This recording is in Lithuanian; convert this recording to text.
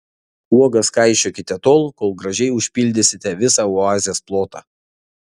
uogas kaišiokite tol kol gražiai užpildysite visą oazės plotą